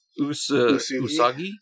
Usagi